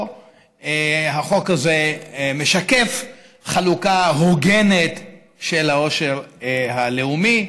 החוק הזה משקף חלוקה הוגנת של העושר הלאומי.